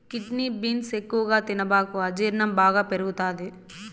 kidney beans ఎక్కువగా తినబాకు అజీర్ణం బాగా పెరుగుతది